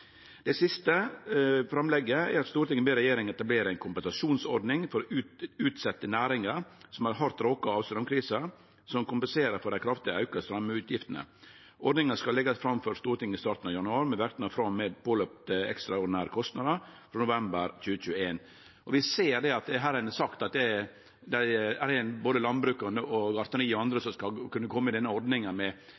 Det siste framlegget er: «Stortinget ber regjeringen etablere en kompensasjonsordning for utsette næringar som er hardt råka av strømkrisa som kompenserar for dei kraftig auka straumutgiftene. Ordninga skal leggast fram for Stortinget i starten av januar med verknad frå og med påløpte ekstraordinære kostnader frå november 2021.» Her har ein sagt at det er både landbruk, gartneri og andre som skal kunne kome i denne ordninga med 70 øre, og